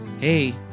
hey